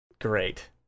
Great